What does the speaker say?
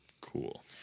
Cool